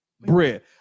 Bread